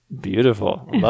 Beautiful